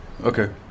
Okay